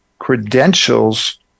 Credentials